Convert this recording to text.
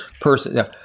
person